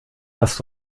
hast